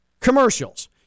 commercials